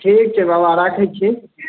ठीक छै बाबा राखैत छी